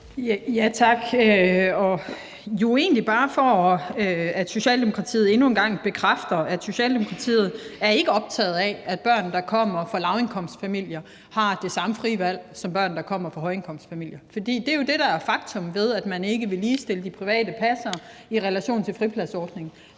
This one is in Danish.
Det er jo egentlig bare, fordi Socialdemokratiet endnu engang bekræfter, at Socialdemokratiet ikke er optaget af, at børn, der kommer fra lavindkomstfamilier, skal have det samme frie valg som børn, der kommer for højindkomstfamilier. For det er jo det, der er faktum, når man ikke vil ligestille de private passere i relation til fripladsordningen.